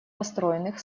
построенных